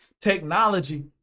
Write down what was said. technology